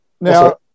Now